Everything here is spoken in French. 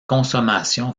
consommation